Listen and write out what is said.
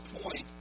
point